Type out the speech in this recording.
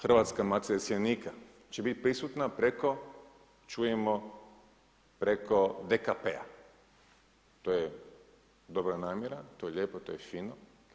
Hrvatska matica iseljenika će biti prisutna preko čujemo preko DKP-a to je dobra namjera, to je lijepo, to je fino.